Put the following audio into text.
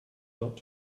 not